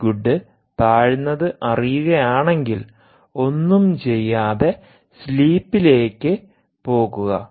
P good താഴ്ന്നത് അറിയുകയാണെങ്കിൽ ഒന്നും ചെയ്യാതെ സ്ലീപ് ലേക്ക് പോകുക